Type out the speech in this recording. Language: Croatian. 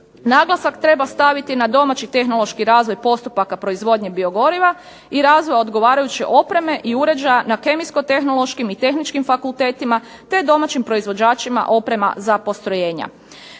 Naglasak treba staviti na domaći tehnološki razvoj postupaka proizvodnje biogoriva i razvoja odgovarajuće opreme i uređaja na kemijsko-tehnološkim i tehničkim fakultetima te domaćim proizvođačima oprema za postrojenja.